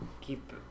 keep